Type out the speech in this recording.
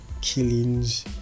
killings